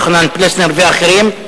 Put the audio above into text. יוחנן פלסנר ואחרים.